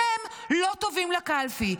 אתם לא טובים לקלפי,